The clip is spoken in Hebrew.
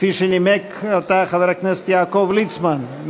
שנימק חבר הכנסת יעקב ליצמן.